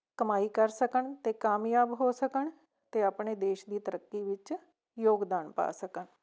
ਕਮਾਈ ਕਰ ਸਕਣ ਅਤੇ ਕਾਮਯਾਬ ਹੋ ਸਕਣ ਅਤੇ ਆਪਣੇ ਦੇਸ਼ ਦੀ ਤਰੱਕੀ ਵਿੱਚ ਯੋਗਦਾਨ ਪਾ ਸਕਣ